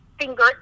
Finger